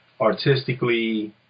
artistically